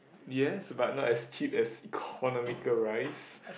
yes but not as cheap as economical rice